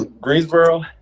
Greensboro